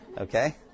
Okay